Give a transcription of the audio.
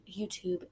YouTube